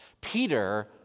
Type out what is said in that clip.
Peter